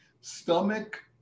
stomach